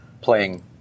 playing